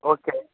okay